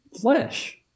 flesh